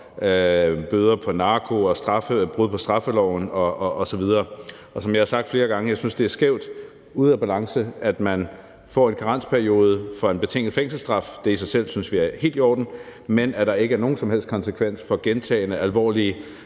bøder for narko og brud på straffeloven osv. Og som jeg har sagt flere gange, synes jeg, det er skævt og ude af balance, at man får en karensperiode for en betinget fængselsstraf – det i sig selv synes vi er helt i orden – men at der ikke er nogen som helst konsekvens i forhold til gentagen alvorlig